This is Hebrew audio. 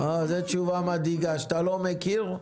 זאת תשובה מדאיגה, זה שאתה לא מכיר.